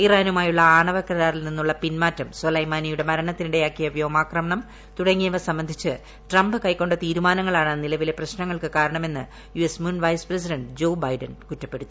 ഇറാനുമായുള്ള ആണവ കരാറിൽ നിന്നുളള പിൻമാറ്റം സൊലൈമാനിയുടെ മരണത്തിനിടയാക്കിയ വ്യോമാക്രമണം തുടങ്ങിയവ സംബന്ധിച്ച് ട്രംപ് കൈക്കൊണ്ട തീരുമാനങ്ങളാണ് നിലവിലെ പ്രശ്നങ്ങൾക്ക് കാരണമെന്ന് യു എസ് മുൻവൈസ് പ്രസിഡന്റ് ജോ ബൈഡൻ കുറ്റപ്പെടുത്തി